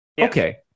Okay